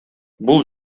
бул